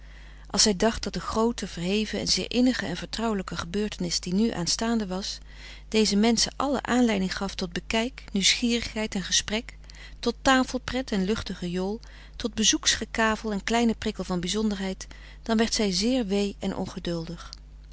des doods dat de groote verheven en zeer innige en vertrouwelijke gebeurtenis die nu aanstaande was dezen menschen allen aanleiding gaf tot bekijk nieuwsgierigheid en gesprek tot tafelpret en luchtige jool tot bezoeks gekavel en kleine prikkel van bizonderheid dan werd zij zeer wee en ongeduldig